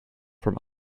from